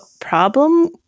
problem